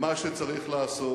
מה שצריך לעשות